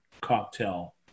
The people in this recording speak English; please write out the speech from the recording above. cocktail